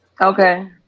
Okay